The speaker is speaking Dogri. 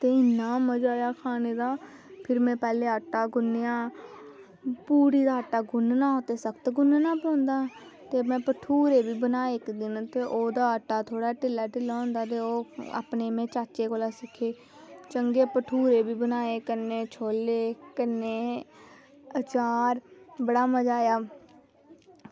ते इन्ना मज़ा आया खाने दा फिर में पैह्लें आटा गुन्नेआ पूड़ी दा आटा गुन्नना सख्त गुन्नना पौंदा ऐ ते में भठूरे बी बनाए इक्क दिन ते ओह्दा आटा थोह्ड़ा ढिल्ला ढिल्ला होंदा ते ओह् में अपने चाचे कोला सिक्खे चंगे भठूरे बी बनाए कन्नै छोल्ले ते कन्नै अचार बड़ा मज़ा आया